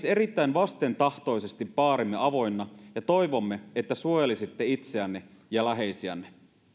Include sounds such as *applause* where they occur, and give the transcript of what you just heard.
*unintelligible* erittäin vastentahtoisesti baarimme avoinna ja toivomme että suojelisitte itseänne ja läheisiänne